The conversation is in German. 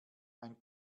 ein